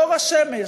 באור השמש,